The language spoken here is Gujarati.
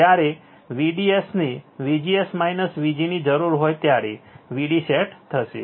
જ્યારે VDS ને VGS VG ની જરૂર હોય ત્યારે VD સેટ થશે